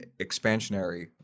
expansionary